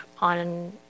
on